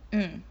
mm